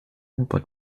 but